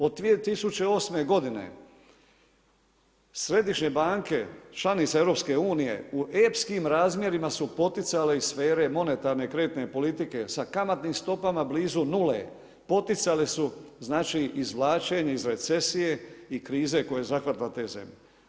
Od 2008. godine središnje banke članice Europske unije u epskim razmjerima su poticale iz sfere monetarne kreditne politike sa kamatnim stopama blizu nule, poticale su znači izvlačenje iz recesije i krize koja je zahvatila te zemlje.